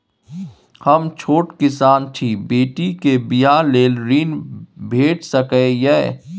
हम छोट किसान छी, बेटी के बियाह लेल ऋण भेट सकै ये?